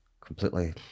completely